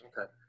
okay